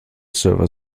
surfer